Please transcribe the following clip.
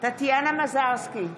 טטיאנה מזרסקי,